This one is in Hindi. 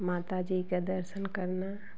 माताजी का दर्शन करना